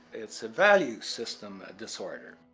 it's a value system disorder.